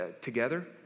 together